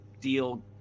deal